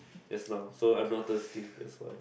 just now so I'm not thirsty that's why